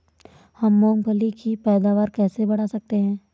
हम मूंगफली की पैदावार कैसे बढ़ा सकते हैं?